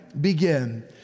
Begin